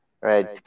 Right